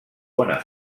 bona